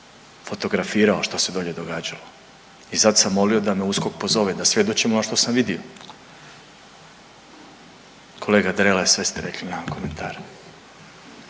Fotografirao što dolje događalo i zato sam molio da me USKOK pozove da svjedočim ono što sam vidio. Kolega Drele sve ste rekli nemam komentara.